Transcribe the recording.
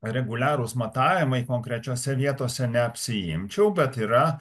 reguliarūs matavimai konkrečiose vietose neapsiimčiau bet yra